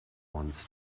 wants